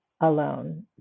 alone